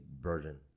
version